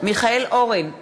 מיכאל אורן,